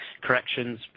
corrections